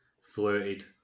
flirted